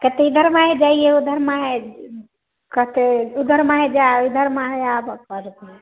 कहतै इधर माहे जाइया उधर माहे कहतै उधर माहे जा उधर माहे आबऽ बड़